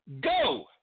go